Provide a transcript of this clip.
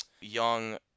young